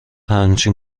همچین